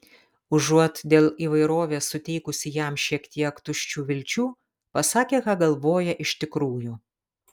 užuot dėl įvairovės suteikusi jam šiek tiek tuščių vilčių pasakė ką galvoja iš tikrųjų